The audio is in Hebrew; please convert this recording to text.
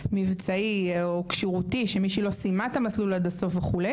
מבצעי או שירותי לדוגמא- מישהי שלא סיימה את המסלול וכו'.